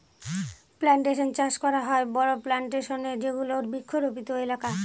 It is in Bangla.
প্লানটেশন চাষ করা হয় বড়ো প্লানটেশনে যেগুলো বৃক্ষরোপিত এলাকা